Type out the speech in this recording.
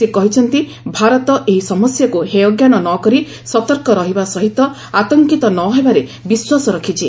ସେ କହିଛନ୍ତି ଭାରତ ଏହି ସମସ୍ୟାକ୍ ହେୟଜ୍ଞାନ ନ କରି ସତର୍କ ରହିବା ସହିତ ଆତଙ୍କିତ ନ ହେବାରେ ବିଶ୍ୱାସ ରଖିଛି